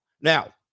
Now